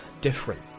different